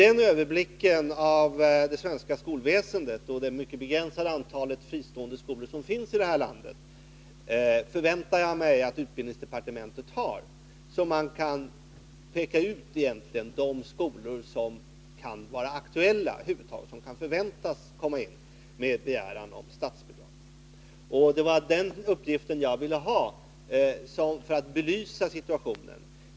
Den överblicken av det svenska skolväsendet — med tanke på det mycket begränsade antalet fristående skolor som finns här i landet — förväntar jag mig att utbildningsdepartementet har. Man bör kunna peka ut vilka skolor som över huvud taget kan förväntas komma in med begäran om statsbidrag. Det var en uppgift härom som jag ville ha, eftersom den skulle kunna belysa situationen.